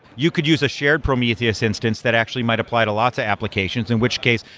you could use a shared prometheus instance that actually might apply to lots of applications, in which case,